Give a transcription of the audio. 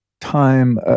time